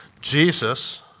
Jesus